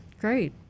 Great